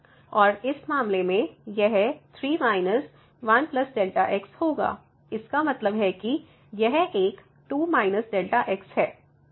और इस मामले में यह 3−1 Δx होगा इसका मतलब है कि यह एक 2 Δx है